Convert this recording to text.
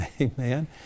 Amen